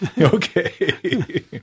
Okay